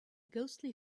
ghostly